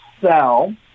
sell